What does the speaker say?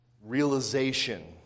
realization